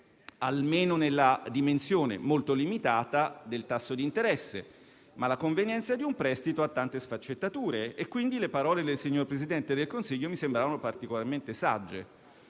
almeno nella dimensione molto limitata del tasso di interesse, ma la convenienza di un prestito ha tante sfaccettature e, quindi, le parole del signor Presidente del Consiglio mi sembravano particolarmente sagge.